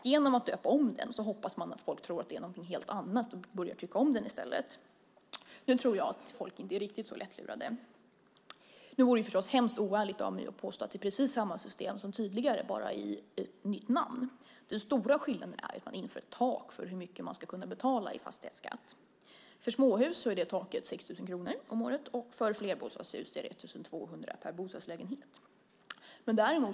Genom att döpa om den hoppas regeringen att folk tror att den är någonting helt annat och börjar tycka om den i stället. Men nu tror jag inte att folk är riktigt så lättlurade. Det vore förstås hemskt oärligt av mig att påstå att det är precis samma system som tidigare, bara med ett nytt namn. Den stora skillnaden är att man nu inför ett tak för hur mycket man ska behöva betala i fastighetsskatt. För småhus är taket 6 000 kronor om året och för flerbostadshus 1 200 kronor per bostadslägenhet.